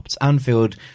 Anfield